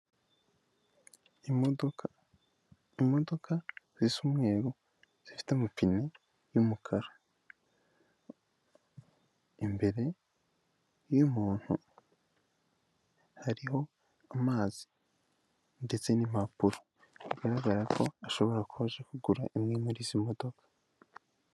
Imodoka, imodoka zisa umweru zifite amapine y'umukara, imbere y'umuntu, hariho amazi ndetse n'impapuro bigaragara ko ashobora imwe muri izi modoka.